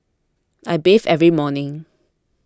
I bathe every morning